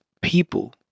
people